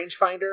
rangefinder